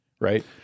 right